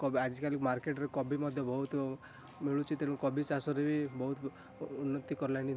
କୋବି ଆଜିକାଲି ମାର୍କେଟରେ କୋବି ମଧ୍ୟ ବହୁତ ମିଳୁଛି ତେଣୁ କୋବି ଚାଷରେ ବି ବହୁତ ଉନ୍ନତି କଲାଣି